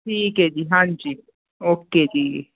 ਠੀਕ ਹੈ ਜੀ ਹਾਂਜੀ ਓਕੇ ਜੀ